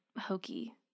hokey